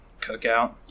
Cookout